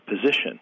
position